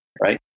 Right